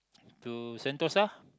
to Sentosa